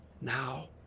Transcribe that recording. now